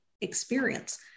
experience